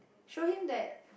show him that